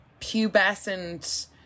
pubescent